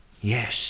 Yes